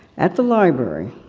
at the library,